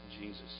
Jesus